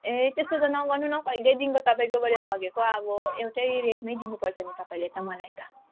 ए त्यस्तो त नगर्नु न हौ कहिले देखिको तपाईँकोबाट लगेको अब एउटै रेटमै दिनुपर्छ नि तपाईँले त मलाई त